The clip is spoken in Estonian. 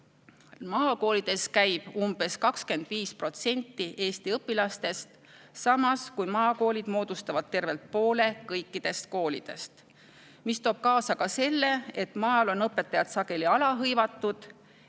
maakoolides käib umbes 25% Eesti õpilastest, samas kui maakoolid moodustavad tervelt poole kõikidest koolidest. See toob kaasa ka selle, et maal on õpetajad sageli alahõivatud